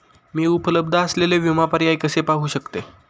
मी उपलब्ध असलेले विमा पर्याय कसे पाहू शकते?